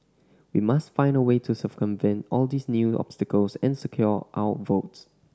we must find a way to circumvent all these new obstacles and secure our votes